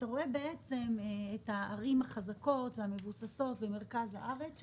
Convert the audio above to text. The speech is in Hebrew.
רואים בעצם את הערים החזקות והמבוססות במרכז הארץ,